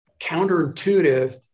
counterintuitive